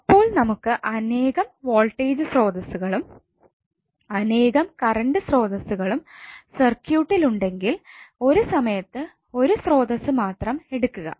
അപ്പോൾ നമുക്കു അനേകം വോൾടേജ് സ്രോതസ്സുകളും അനേകം കറണ്ട് സ്രോതസ്സുകളും സർക്യൂട്ട്ട്ടിൽ ഉണ്ടെങ്കിൽ ഒരു സമയത്ത് ഒരു സ്രോതസ്സ് മാത്രം എടുക്കുക